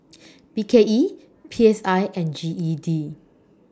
B K E P S I and G E D